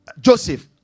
Joseph